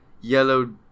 yellow